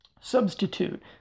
substitute